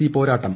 C പോരാട്ടം